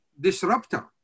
disruptor